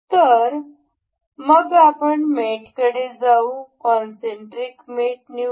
तर मग आपण मेटकडे जाऊ आणि कॉनसेंटरिक मेट निवडू